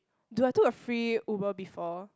dude I took a free Uber before